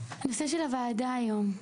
הנושא של הוועדה היום,